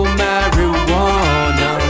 marijuana